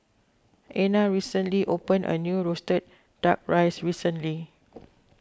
Ena recently opened a new Roasted Duck Rice recently